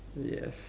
yes